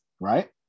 Right